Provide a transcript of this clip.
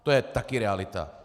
To je taky realita.